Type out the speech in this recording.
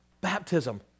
baptism